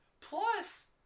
Plus